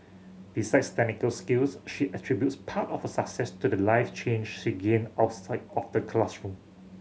besides technical skills she attributes part of her success to the life change she gained outside of the classroom